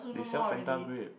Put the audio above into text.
they sell fanta grape